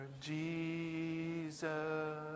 Jesus